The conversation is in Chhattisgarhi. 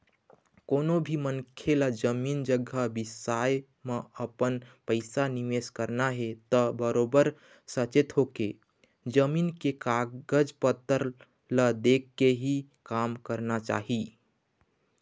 कोनो भी मनखे ल जमीन जघा बिसाए म अपन पइसा निवेस करना हे त बरोबर सचेत होके, जमीन के कागज पतर ल देखके ही काम करना चाही